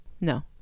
No